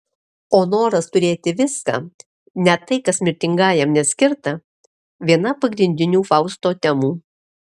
o noras turėti viską net tai kas mirtingajam neskirta viena pagrindinių fausto temų